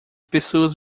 pessoas